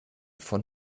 von